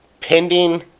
Pending